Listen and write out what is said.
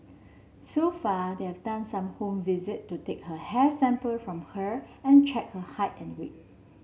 so far they have done some home visit to take her hair sample from her and check her height and weight